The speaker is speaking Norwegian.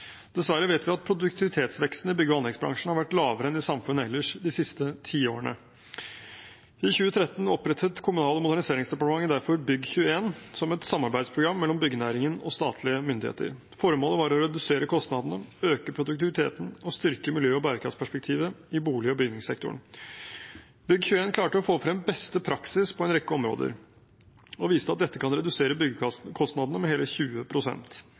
Dessverre vet vi at produktivitetsveksten i bygge- og anleggsbransjen har vært lavere enn i samfunnet ellers de siste tiårene. I 2013 opprettet Kommunal- og moderniseringsdepartementet derfor Bygg21 – som et samarbeidsprogram mellom byggenæringen og statlige myndigheter. Formålet var å redusere kostnadene, øke produktiviteten og styrke miljø- og bærekraftsperspektivet i bolig- og bygningssektoren. Bygg21 klarte å få frem beste praksis på en rekke områder og viste at dette kan redusere byggekostnadene med hele